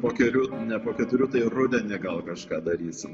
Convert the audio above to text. pokeriu ne po keturių tai rudenį gal kažką darysim